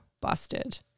busted